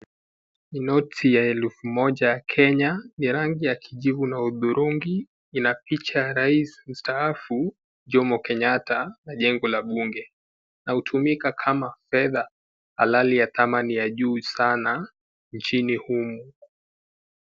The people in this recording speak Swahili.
Ni noti ya elfu moja ya kenya, ni rangi ya kijivu na uthurungi, lina picha ya rais mstaafu Jomo Kenyatta na jengo la bunge, na hutumika kama fedha halali ya thamani ya juu sana nchini humu.